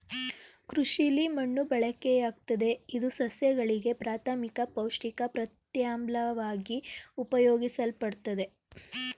ಕೃಷಿಲಿ ಮಣ್ಣು ಬಳಕೆಯಾಗ್ತದೆ ಇದು ಸಸ್ಯಗಳಿಗೆ ಪ್ರಾಥಮಿಕ ಪೌಷ್ಟಿಕ ಪ್ರತ್ಯಾಮ್ಲವಾಗಿ ಉಪಯೋಗಿಸಲ್ಪಡ್ತದೆ